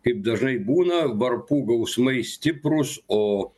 kaip dažnai būna varpų gausmai stiprūs o